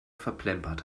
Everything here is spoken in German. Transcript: verplempert